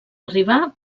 arribar